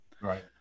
Right